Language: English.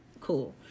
cool